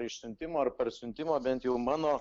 išsiuntimo ar parsiuntimo bent jau mano